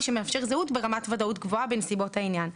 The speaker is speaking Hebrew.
שמאפשר זהות ברמת ודאות גבוהה בנסיבות העניין.